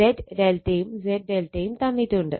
Z ∆ യും Z ∆ യും തന്നിട്ടുണ്ട്